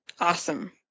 Awesome